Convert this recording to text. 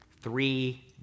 three